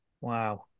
Wow